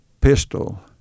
pistol